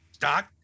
Doc